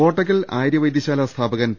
കോട്ടയ്ക്കൽ ആര്യവൈദ്യശാല സ്ഥാപകൻ പി